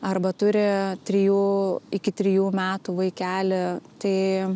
arba turi trijų iki trijų metų vaikelį tai